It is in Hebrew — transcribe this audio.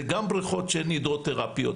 גם בריכות של הידרותרפיה,